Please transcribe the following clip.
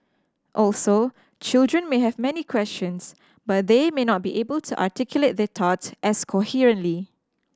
also children may have many questions but they may not be able to articulate their thoughts as coherently